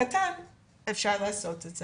קטנה אפשר לעשות את זה.